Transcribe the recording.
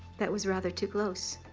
that was rather too close.